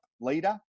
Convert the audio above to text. leader